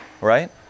right